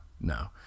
no